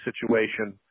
situation